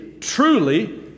truly